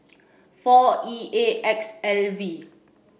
four E A X L V